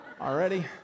already